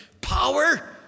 Power